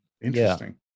interesting